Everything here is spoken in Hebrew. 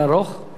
זה עוד ארוך?